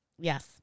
Yes